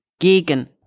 gegen